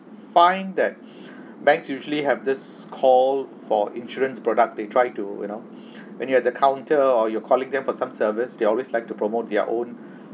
find that banks usually have this call for insurance product they try to you know when you at the counter or you're calling them for some services they always like to promote their own